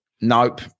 Nope